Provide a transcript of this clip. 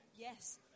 Yes